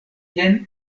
jen